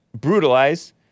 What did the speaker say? brutalize